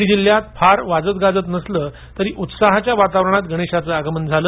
बीड जिल्ह्यात फार वाजत गाजत नसले तरी उत्साहाच्या वातावरणात श्रीगणेशाचे आगमन झाले